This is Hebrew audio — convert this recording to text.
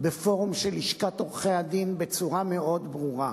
בפורום של לשכת עורכי-הדין בצורה מאוד ברורה.